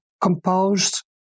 composed